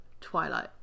Twilight